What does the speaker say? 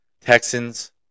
Texans